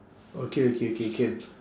okay okay okay can